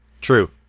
True